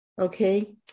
Okay